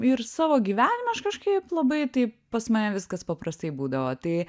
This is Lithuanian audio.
ir savo gyvenimą aš kažkaip labai taip pas mane viskas paprastai būdavo tai